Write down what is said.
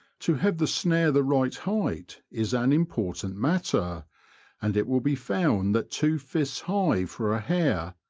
to have the snare the right height is an important matter and it will be found that two fists high for a hare,